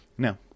Now